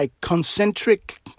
concentric